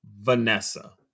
Vanessa